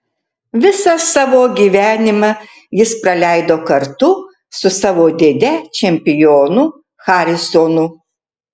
visą savo gyvenimą jis praleido kartu su savo dėde čempionu harisonu